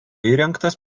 įrengtas